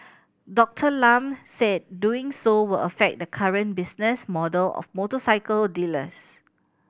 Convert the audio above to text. Doctor Lam said doing so will affect the current business model of motorcycle dealers